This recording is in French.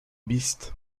beast